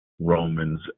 Romans